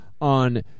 on